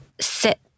sit